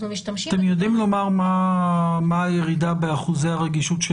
אתם יודעים לומר מה הירידה באחוזי הרגישות של